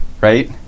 right